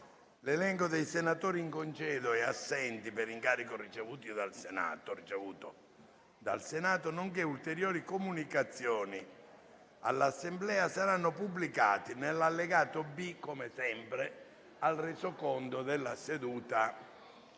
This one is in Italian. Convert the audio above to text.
L'elenco dei senatori in congedo e assenti per incarico ricevuto dal Senato, nonché ulteriori comunicazioni all'Assemblea saranno pubblicati nell'allegato B al Resoconto della seduta